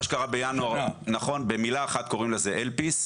מה שקרה בינואר, במילה אחת קוראים לזה "אלפיס".